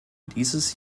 dieses